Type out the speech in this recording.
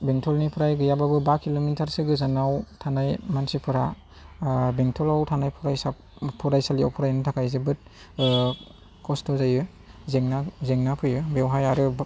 बेंथलनिफ्राय गैयाब्लाबो बा किल'मिटारसो गोजानाव थानाय मानसिफोरा बेंथलाव थानाय फरायसालियाव फरायनो थाखाय जोबोद खस्थ' जायो जेंना जेंना फैयो बेवहाय आरो